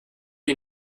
die